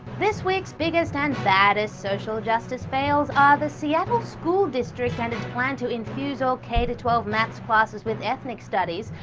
this week's biggest and baddest social justice fails are the seattle school district and it's plan to infuse all k twelve maths classes with ethnic studies,